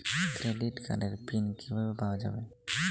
Credit কার্ডের PIN কিভাবে পাওয়া যাবে?